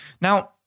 Now